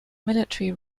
military